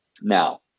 now